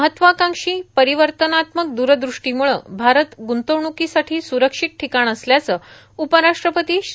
महत्वाकांक्षी परिवर्तनात्मक दूरदृष्टीमुळं भारत गुंतवणुकीसाठी स्रुरक्षित ठिकाण असल्याचं उपराष्ट्रपती श्री